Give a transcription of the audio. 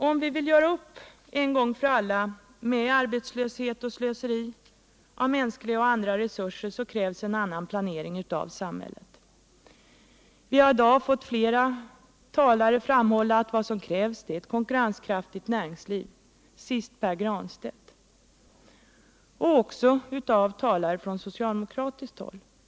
Om vi vill göra upp en gång för alla med arbetslöshet och slöseri med mänskliga och andra resurser så krävs en annan planering av samhället. Vi har i dag fått höra flera talare framhålla att vad som krävs är ett konkurrenskraftigt näringsliv, senast Pär Granstedt. Också talare från socialdemokratiskt håll har sagt det.